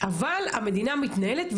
אבל המדינה מתנהלת.